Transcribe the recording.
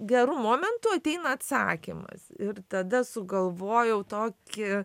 geru momentu ateina atsakymas ir tada sugalvojau tokį